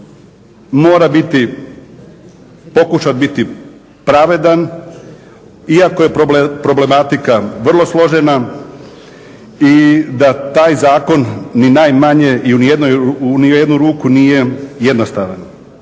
biti, pokušati biti pravedan iako je problematika vrlo složena i da taj zakon ni najmanje i u ni jednu ruku nije jednostavan.